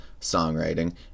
songwriting